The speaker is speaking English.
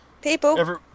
people